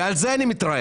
ועל זה אני מתרעם.